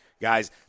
Guys